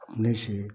अपने से